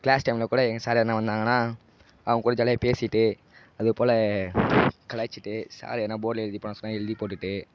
class டைமில் கூட எங்கள் சார் எதுனா வந்தாங்கன்னால் அவங்க கூட ஜாலியாக பேசிகிட்டு அதுபோல் கலாய்ச்சிகிட்டு சார் எதுனா போர்டுல எழுதி போட சொன்னால் எழுதி போட்டுகிட்டு